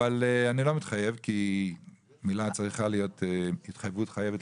אבל אני לא מתחייב כי התחייבות חייבת